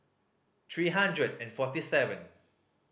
three hundred and forty seven